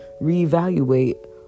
reevaluate